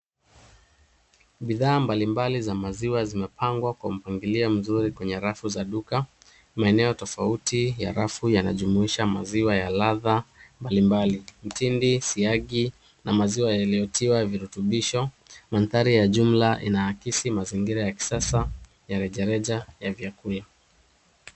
Bidhaa mbalimbali za maziwa zimepangwa kwa mpangilio mzuri kwenye rafu za duka. Maeneo tofauti ya rafu yanajumuisha maziwa ya ladha mbalimbali, mtindo, siagi na maziwa yaliyotiwa virutubisho. Mandhari ya jumla inaakisi mazingira ya kisasa ya rejareja ya vyakula.